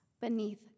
beneath